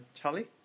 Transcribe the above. Charlie